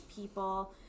people